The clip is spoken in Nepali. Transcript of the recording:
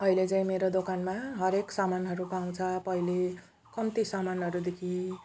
अहिले चाहिँ मेरो दोकानमा हरएक सामानहरू पाउँछ पहिले कम्ती सामानहरूदेखि